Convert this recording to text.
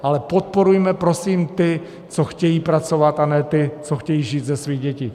Ale podporujme, prosím, ty, co chtějí pracovat, a ne ty, co chtějí žít ze svých dětí.